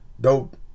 Dope